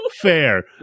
Fair